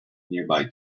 nearby